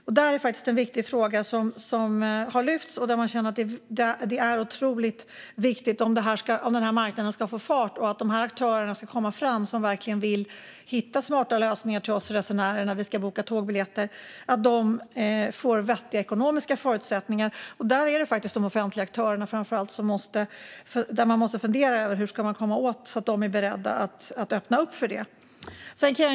Det där är en viktig fråga som har lyfts, och den är otroligt viktig om den här marknaden ska få fart och om de här aktörerna ska komma fram - de som verkligen vill hitta smarta lösningar till oss resenärer när vi ska boka tågbiljetter. De måste få vettiga ekonomiska förutsättningar, och där är det framför allt de offentliga aktörerna man måste fundera över. Hur ska man komma åt detta så att de är beredda att öppna upp för det här?